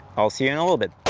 i'll see you in a little bit.